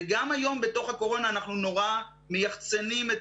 וגם היום בתוך הקורונה אנחנו נורא מייחצנים את